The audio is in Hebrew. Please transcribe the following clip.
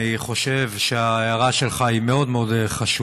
אני חושב שההערה שלך היא מאוד חשובה,